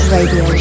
Radio